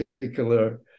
particular